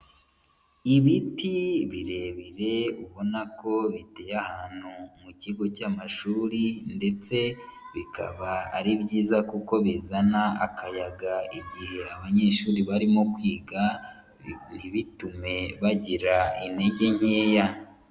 Ibiti birebire ubona ko biteye ahantu mu kigo cy'amashuri, ndetse bikaba ari byiza kuko bizana akayaga igihe abanyeshuri barimo kwiga, ntibitume bagira intege nkeya.